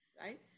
right